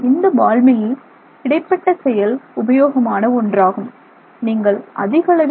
இந்த பால் மில்லில் இடைப்பட்ட செயல் உபயோகமான ஒன்றாகும் நீங்கள் அதிக அளவில் ஆர்